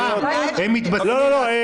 רם, הם מתבצרים ------ לא, לא.